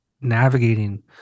navigating